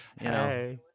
hey